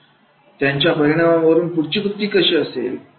आणि त्याच्या परिणामावरून पुढची कृती कशी केली